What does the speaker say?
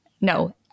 No